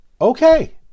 Okay